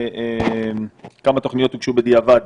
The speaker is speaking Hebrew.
לכמה תוכניות הוגשו בדיעבד